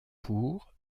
pour